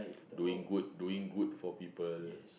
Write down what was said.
doing good doing good for people